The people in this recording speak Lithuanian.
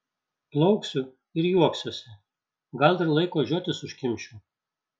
plauksiu ir juoksiuosi gal ir laiko žiotis užkimšiu